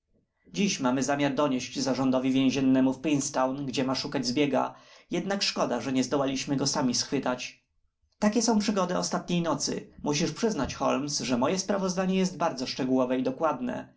dziś mamy zamiar donieść zarządowi więziennemu w princetown gdzie ma szukać zbiega jednak szkoda że nie zdołaliśmy go sami schwytać takie są przygody ostatniej nocy musisz przyznać holmes że moje sprawozdanie jest bardzo szczegółowe i dokładne